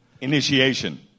Initiation